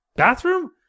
Bathroom